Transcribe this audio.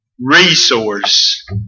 resource